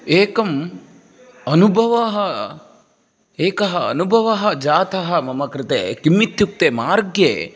एकम् अनुभवः एकः अनुभवः जातः मम कृते किमित्युक्ते मार्गे